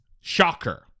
Shocker